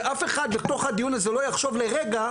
שאף אחד בתוך הדיון הזה לא יחשוב לרגע